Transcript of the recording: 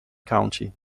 county